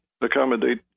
accommodate